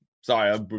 Sorry